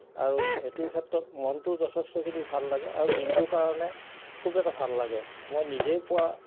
আৰু এইটোৰ ক্ষেত্ৰত মনটোও যথেষ্টখিনি ভাল লাগে আৰু দিনটোৰ কাৰণে খুব এটা ভাল লাগে মই নিজেই পোৱা